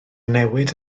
newid